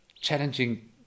challenging